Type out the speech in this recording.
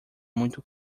muito